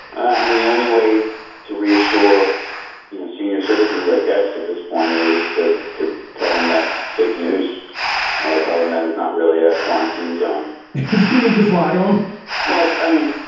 i mean, the only way to reassure senior citizens, i guess, at this point is to to tell them that fake news or tell them that there's not really a quarantine zone you may just lie to him well, it's i mean,